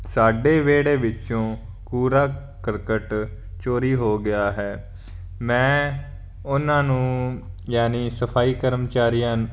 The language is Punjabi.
ਸਾਡੇ ਵਿਹੜੇ ਵਿੱਚੋਂ ਕੂੜਾ ਕਰਕਟ ਚੋਰੀ ਹੋ ਗਿਆ ਹੈ ਮੈਂ ਉਹਨਾਂ ਨੂੰ ਯਾਨੀ ਸਫਾਈ ਕਰਮਚਾਰੀਆਂ